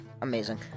Amazing